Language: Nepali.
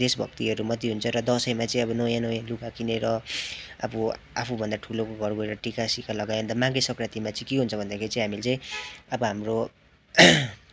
देशभक्तिहरू मात्रै हुन्छ र दसैँमा चाहिँ अब नयाँ नयाँ लुगा किनेर अब आफूभन्दा ठुलोको घर गएर टिका सिका लगायो अन्त माघे सङ्क्रान्तिमा चाहिँ के हुन्छ भन्दाखेरि चाहिँ हामीले चाहिँ अब हाम्रो